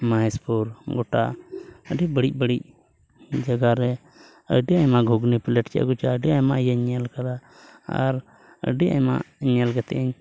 ᱢᱚᱦᱮᱥᱯᱩᱨ ᱜᱚᱴᱟ ᱟᱹᱰᱤ ᱵᱟᱹᱲᱤᱡ ᱵᱟᱹᱲᱤᱡ ᱡᱟᱜᱟᱨᱮ ᱟᱹᱰᱤ ᱟᱭᱢᱟ ᱜᱷᱩᱜᱽᱱᱤ ᱯᱞᱮᱴ ᱪᱮᱫ ᱠᱚᱪᱚ ᱟᱹᱰᱤ ᱟᱭᱢᱟ ᱤᱭᱟᱹᱧ ᱧᱮᱞ ᱟᱠᱟᱫᱟ ᱟᱨ ᱟᱹᱰᱤ ᱟᱭᱢᱟ ᱧᱮᱞ ᱠᱟᱛᱮ ᱤᱧ